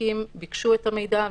המעסיקים ביקשו את המידע,